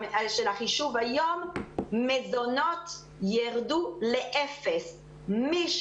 הישיבה הזאת ובמיוחד נפעמתי מהדברים של מר